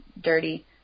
dirty